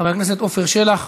חבר הכנסת עפר שלח,